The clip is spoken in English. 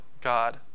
God